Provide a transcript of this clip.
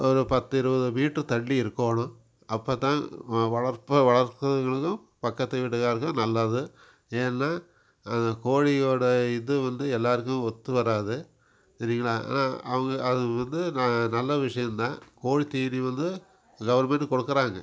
ஒரு பத்து இருபது வீட்டு தள்ளி இருக்கணும் அப்போ தான் வளர்ப்பை வளர்க்கிறவங்களுக்கும் பக்கத்து வீட்டு காரர்க்கும் நல்லது ஏன்னா கோழியோடய இது வந்து எல்லோருக்கும் ஒத்து வராது சரிங்களா ஆனால் அவங்க அது வந்து நல்ல விஷயந்தான் கோழி தீனி வந்து கவர்மெண்டு கொடுக்குறாங்க